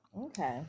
Okay